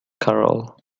carol